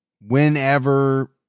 whenever